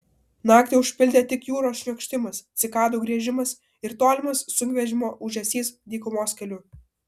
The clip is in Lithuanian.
naktį užpildė tik jūros šniokštimas cikadų griežimas ir tolimas sunkvežimio ūžesys dykumos keliu